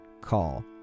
call